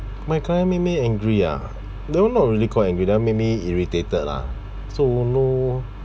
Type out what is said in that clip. my parents made angry ah no not really quite angry they all made me irritated lah so lor